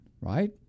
right